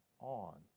on